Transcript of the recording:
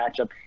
matchup